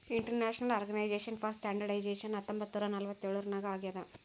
international organization for standardization ಹತ್ತೊಂಬತ್ ನೂರಾ ನಲ್ವತ್ತ್ ಎಳುರ್ನಾಗ್ ಆಗ್ಯಾದ್